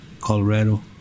Colorado